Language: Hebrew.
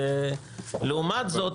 לעומת זאת,